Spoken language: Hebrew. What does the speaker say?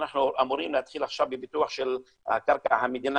אנחנו אמורים להתחיל עכשיו בפיתוח של קרקע המדינה